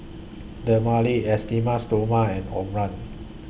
Dermale Esteem Stoma and Omron